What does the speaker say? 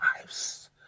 lives